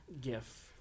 Gif